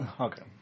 Okay